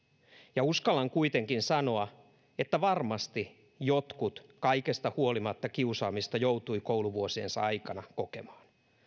ja uskallan kuitenkin sanoa että varmasti jotkut kaikesta huolimatta kiusaamista joutuivat kouluvuosiensa aikana kokemaan